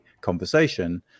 conversation